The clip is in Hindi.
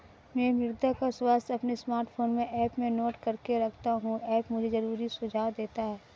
मैं मृदा का स्वास्थ्य अपने स्मार्टफोन में ऐप में नोट करके रखता हूं ऐप मुझे जरूरी सुझाव देता है